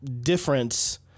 difference